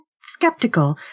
skeptical